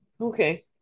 Okay